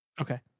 Okay